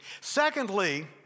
Secondly